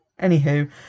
anywho